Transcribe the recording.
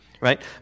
right